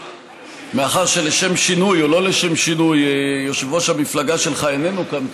מאחר שלשם שינוי או לא לשם שינוי יושב-ראש המפלגה שלך איננו כאן,